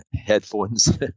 headphones